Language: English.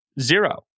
zero